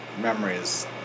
memories